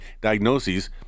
diagnoses